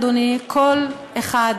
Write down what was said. אדוני: כל אחד,